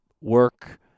work